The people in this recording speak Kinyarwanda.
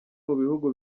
mubihugu